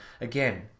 again